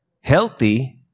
healthy